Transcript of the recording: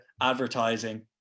advertising